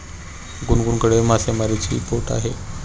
गुनगुनकडे मासेमारीची बोट आहे